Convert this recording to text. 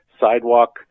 sidewalk